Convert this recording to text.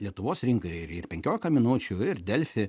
lietuvos rinką ir ir penkiolika minučių ir delfi